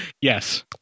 Yes